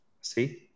see